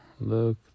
Look